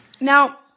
now